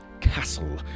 castle